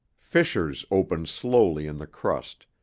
fissures opened slowly in the crust,